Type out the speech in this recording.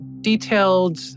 detailed